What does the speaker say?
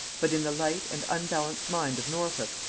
but in the light and unbalanced mind of norfolk,